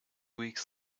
weeks